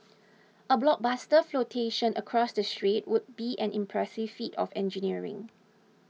a blockbuster flotation across the strait would be an impressive feat of engineering